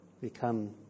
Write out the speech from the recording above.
become